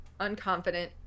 unconfident